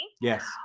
Yes